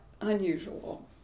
unusual